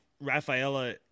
Rafaela